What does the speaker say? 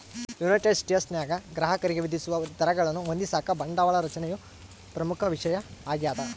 United ಸ್ಟೇಟ್ಸ್ನಾಗ ಗ್ರಾಹಕರಿಗೆ ವಿಧಿಸುವ ದರಗಳನ್ನು ಹೊಂದಿಸಾಕ ಬಂಡವಾಳ ರಚನೆಯು ಪ್ರಮುಖ ವಿಷಯ ಆಗ್ಯದ